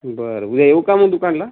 बरं उद्या येऊ का मग दुकानला